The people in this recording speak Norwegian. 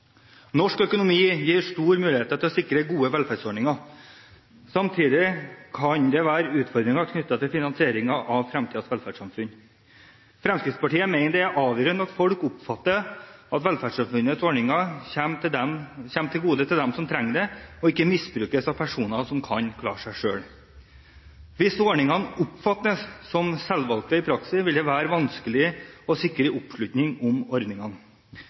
Norsk økonomi gir oss gode muligheter til å sikre gode velferdsordninger. Samtidig kan det være utfordringer knyttet til finansieringen av fremtidens velferdssamfunn. Fremskrittspartiet mener det er avgjørende at folk oppfatter at velferdsøkonomiske ordninger kommer dem som trenger det, til gode, og at de ikke misbrukes av folk som kan klare seg selv. Hvis ordningene oppfattes som selvvalgte i praksis, vil det være vanskelig å sikre oppslutning om ordningene.